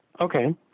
okay